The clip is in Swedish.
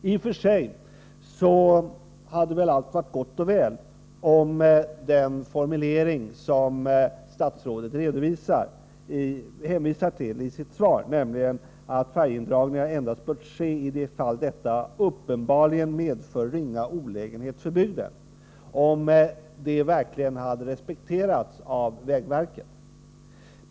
I och för sig hade väl allt varit gott och väl, om den formulering som statsrådet hänvisar till i sitt svar, nämligen att ”färjeindragningar endast bör ske i de fall detta uppenbarligen medför ringa olägenhet för bygden” verkligen hade respekterats av vägverket.